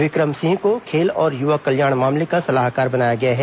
विक्रम सिंह को खेल और युवा कल्याण मामले का सलाहकार बनाया गया है